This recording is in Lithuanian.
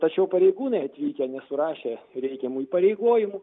tačiau pareigūnai atvykę nesurašė reikiamų įpareigojimų